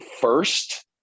first